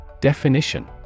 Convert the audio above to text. Definition